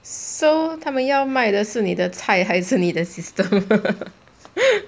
so 他们要卖的是你的菜还是你的 system